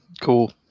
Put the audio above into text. Cool